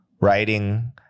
writing